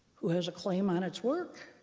who has a claim on its work,